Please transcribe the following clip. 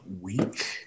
week